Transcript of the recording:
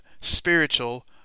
spiritual